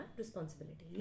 responsibility